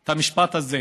את המשפט הזה: